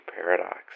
Paradox